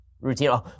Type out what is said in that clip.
routine